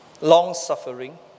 long-suffering